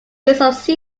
use